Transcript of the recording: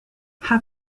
how